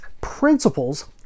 principles